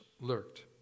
lurked